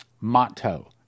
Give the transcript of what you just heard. motto